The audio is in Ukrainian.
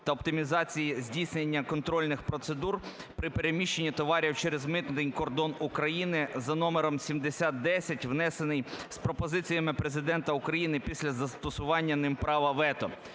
та оптимізації здійснення контрольних процедур при переміщенні товарів через митний кордон України" за номером 7010, внесений з пропозиціями Президента України після застосування ним права вето.